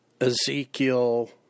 Ezekiel